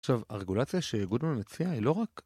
עכשיו, הרגולציה שגודמן מציע היא לא רק...